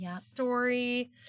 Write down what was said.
story